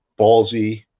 Ballsy